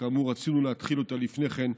שכאמור רצינו להתחיל לפני כן,